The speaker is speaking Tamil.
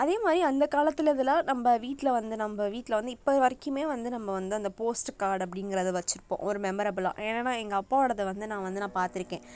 அதேமாதிரி அந்த காலத்தில் நம்ப வீட்டில் வந்து நம்ப வீட்டில் வந்து இப்போ வரைக்குமே வந்து நம்ம வந்து அந்த போஸ்ட்டு கார்ட் அப்படிங்கிறத வச்சுருப்போம் ஒரு மெமரபிலாக ஏனால் எங்கள் அப்பாவோடதை வந்து நான் வந்து பார்த்துருக்கேன்